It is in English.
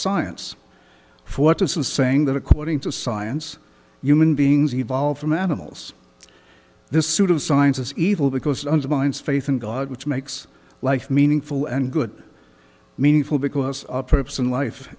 science fortress and saying that according to science human beings evolved from animals this pseudo science is evil because undermines faith in god which makes life meaningful and good meaningful because our purpose in life